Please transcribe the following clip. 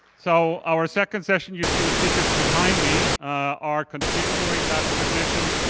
so our second session you see the speakers behind me are continuing that tradition.